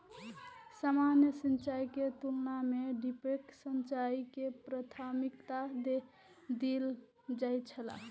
सामान्य सिंचाई के तुलना में ड्रिप सिंचाई के प्राथमिकता देल जाय छला